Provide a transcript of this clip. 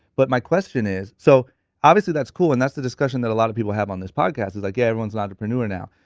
but my question is so obviously that's cool and that's the discussion that a lot of people have on this podcast is like yeah, everyone's a entrepreneur now.